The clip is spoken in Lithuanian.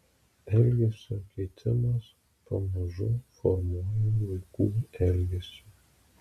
elgesio keitimas pamažu formuoja vaikų elgesį